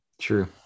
true